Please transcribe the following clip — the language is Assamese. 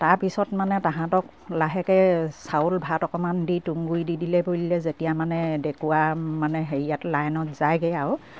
তাৰপিছত মানে তাহাঁতক লাহেকে চাউল ভাত অকমান দি তুঁহগুৰি দি দিলে যেতিয়া মানে ডেকুুৱা মানে হেৰিয়াত লাইনত যায়গে আৰু